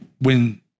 when-